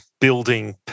building